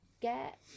get